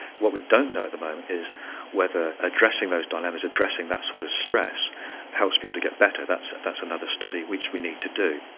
what we don't know at the moment is whether addressing those dilemmas, addressing that sort of stress helps people to get better, that's that's another study which we need to do.